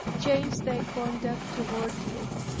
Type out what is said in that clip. changed thy conduct toward it.